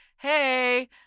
hey